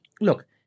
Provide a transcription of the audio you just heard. Look